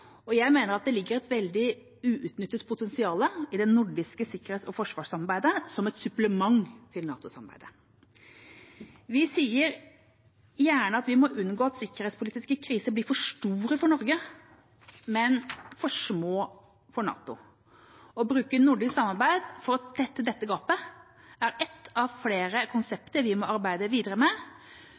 og jeg mener at det ligger et veldig uutnyttet potensial i det nordiske sikkerhets- og forsvarssamarbeidet som et supplement til NATO-samarbeidet. Vi sier gjerne at vi må unngå at sikkerhetspolitiske kriser blir for store for Norge, men for små for NATO. Å bruke nordisk samarbeid for å tette dette gapet er et av flere konsepter vi må arbeide videre med